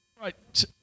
Right